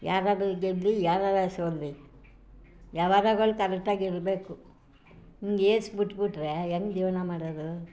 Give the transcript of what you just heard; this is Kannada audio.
ಯಾರಾದ್ರು ಗೆಲ್ಲಲಿ ಯಾರಾದ್ರು ಸೋಲಲಿ ವ್ಯವಹಾರಗಳು ಕರೆಕ್ಟಾಗಿ ಇರಬೇಕು ಹೀಗ್ ಏರ್ಸಿ ಬಿಟ್ಟುಬಿಟ್ರೆ ಹೇಗ್ ಜೀವನ ಮಾಡೋದು